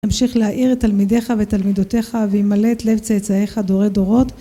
תמשיך להעיר את תלמידיך ותלמידותיך והמלא את לב צאצאיך דורי דורות